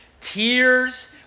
tears